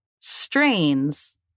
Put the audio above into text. strains